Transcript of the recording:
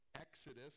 Exodus